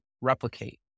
replicate